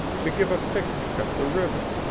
to give a picnic up the river,